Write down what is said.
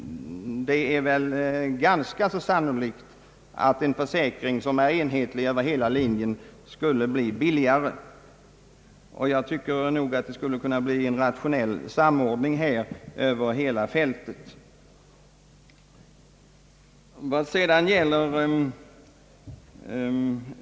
Det är väl sannolikt att en försäkring som är enhetlig över hela linjen skulle bli billigare. Jag tycker nog att här borde ske en samordning över hela fältet.